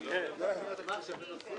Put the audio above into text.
אני מקווה שאתה תמשיך